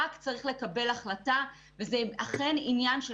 רק צריך לקבל החלטה וזה אכן עניין של